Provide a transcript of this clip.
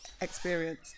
Experience